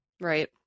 Right